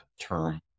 term